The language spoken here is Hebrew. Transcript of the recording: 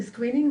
של screening,